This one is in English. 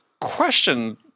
question